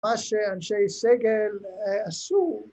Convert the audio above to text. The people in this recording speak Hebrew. ‫מה שאנשי סגל עשו.